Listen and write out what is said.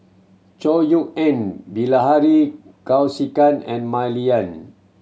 Chor Yeok Eng Bilahari Kausikan and Mah Lian